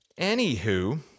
Anywho